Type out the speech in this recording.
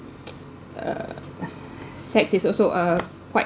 uh sex is also uh quite